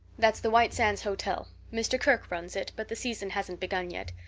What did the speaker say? that's the white sands hotel. mr. kirke runs it, but the season hasn't begun yet.